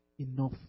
enough